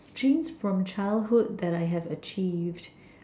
dreams from childhood that I have achieved